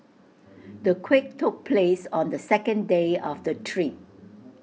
the quake took place on the second day of the trip